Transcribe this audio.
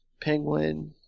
Penguin